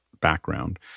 background